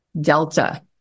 delta